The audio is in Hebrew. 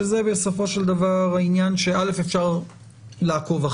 שזה בסופו של דבר העניין שאפשר לעקוב,